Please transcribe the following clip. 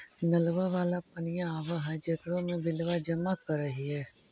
नलवा वाला पनिया आव है जेकरो मे बिलवा जमा करहिऐ?